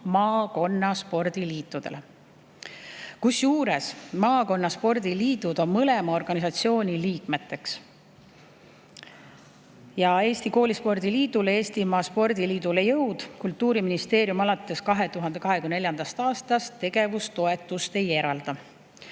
maakonna spordiliitudele. Kusjuures maakonna spordiliidud on mõlema organisatsiooni liikmeteks. Eesti Koolispordi Liidule ja Eestimaa Spordiliidule Jõud Kultuuriministeerium alates 2024. aastast tegevustoetust ei eralda.